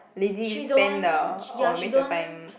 lazily spend the or waste your time